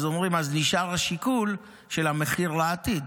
אז אומרים שנשאר השיקול של המחיר לעתיד.